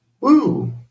woo